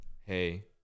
Hey